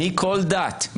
מכל דת,